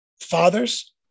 Fathers